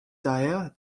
daher